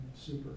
super